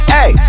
Hey